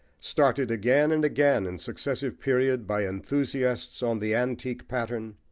started again and again in successive periods by enthusiasts on the antique pattern,